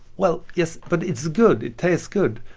well, yes, but it's good. it tastes good.